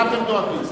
מה אתם דואגים?